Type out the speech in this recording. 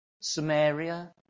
Samaria